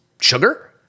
sugar